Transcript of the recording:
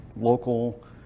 local